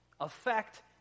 affect